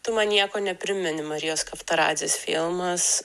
tu man nieko neprisimeni marijos kavtaradzės filmas